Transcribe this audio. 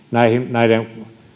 näiden